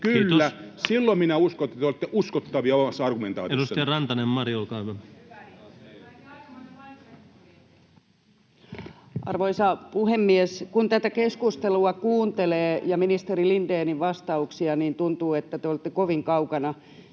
Kiitos!] Silloin minä uskon, että te olette uskottavia omassa argumentaatiossanne. [Sari Sarkomaa: Voi hyvä ihme!] Edustaja Rantanen, Mari, olkaa hyvä. Arvoisa puhemies! Kun tätä keskustelua ja ministeri Lindénin vastauksia kuuntelee, niin tuntuu, että te olette kovin kaukana